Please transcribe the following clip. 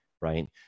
right